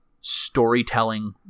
storytelling